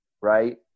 right